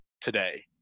today